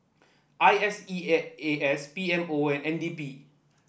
I S E A A S P M O and N D P